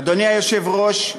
אדוני היושב-ראש,